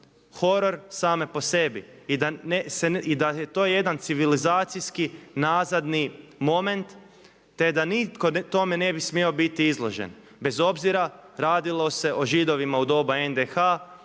horor same po sebi i da je to jedan civilizacijski nazadni moment te da nitko tome ne bi smio biti izložen bez obzira radilo se o Židovima u doba NDH,